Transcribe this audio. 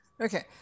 Okay